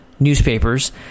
Newspapers